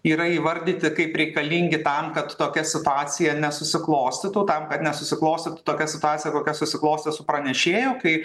yra įvardyti kaip reikalingi tam kad tokia situacija nesusiklostytų tam kad nesusiklostytų tokia situacija kokia susiklostė su pranešėju kai